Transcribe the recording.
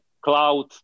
cloud